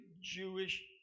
Jewish